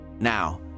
Now